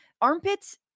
armpits